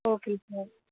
okay sir